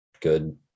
Good